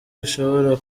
rishobora